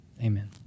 Amen